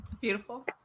beautiful